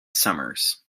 summers